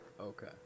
Okay